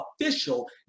official